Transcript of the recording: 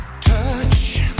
Touch